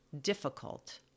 difficult